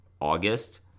August